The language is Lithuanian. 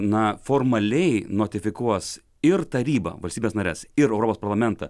na formaliai notifikuos ir taryba valstybes nares ir europos parlamentą